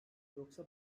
yoksa